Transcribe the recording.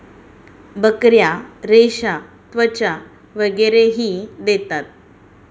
बकऱ्या रेशा, त्वचा वगैरेही देतात